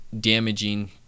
damaging